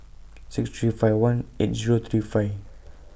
six three five one eight Zero three five